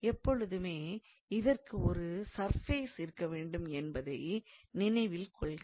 எப்பொழுதுமே இதற்கு ஒரு சர்ஃபேஸ் இருக்க வேண்டும் என்பதை நினைவில் கொள்க